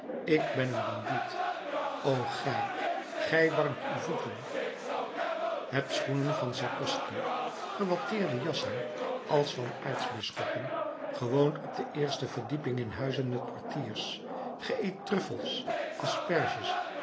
ik ben een bandiet o gij gij warmt uw voeten hebt schoenen van sakoski gewatteerde jassen als van aartsbisschoppen ge woont op de eerste verdieping in huizen met portiers ge eet truffels asperges